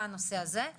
מה זה נעשה את זה נכון?